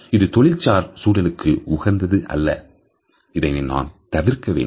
இது தொழில்சார் சூழலுக்கு உகந்தது அல்ல இதனை நாம் தவிர்க்க வேண்டும்